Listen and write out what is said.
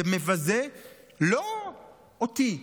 זה מבזה לא אותי,